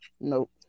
Nope